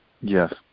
yes